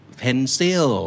pencil